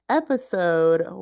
episode